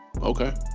Okay